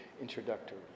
introductory